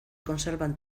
conservan